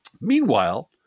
Meanwhile